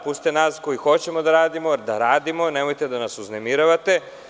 Pustite nas koji hoćemo da radimo da radimo, nemojte da nas uznemiravate.